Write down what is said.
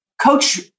coach